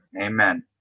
Amen